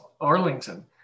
Arlington